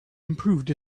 improved